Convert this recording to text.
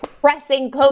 pressing